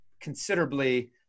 considerably